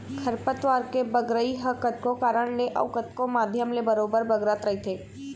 खरपतवार के बगरई ह कतको कारन ले अउ कतको माध्यम ले बरोबर बगरत रहिथे